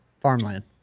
farmland